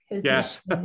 yes